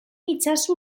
itzazu